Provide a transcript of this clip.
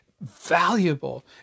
valuable